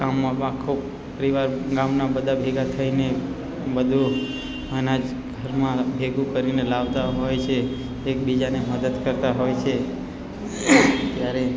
કામમાં ખૂબ પરિવાર ગામના બધા ભેગા થઈને બધું અનાજ ઘરમાં ભેગું કરીને લાવતા હોય છે એકબીજાને મદદ કરતાં હોય છે ત્યારે